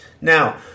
Now